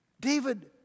David